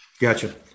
Gotcha